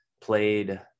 Played